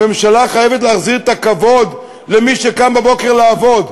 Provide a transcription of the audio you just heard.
הממשלה חייבת להחזיר את הכבוד למי שקם בבוקר לעבוד.